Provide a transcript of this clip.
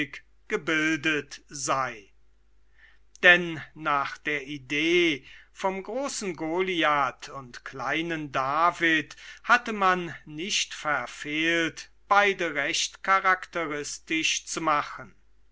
gebildet sei denn nach der idee vom großen goliath und kleinen david hatte man nicht verfehlt beide recht charakteristisch zu machen